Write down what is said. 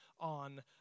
on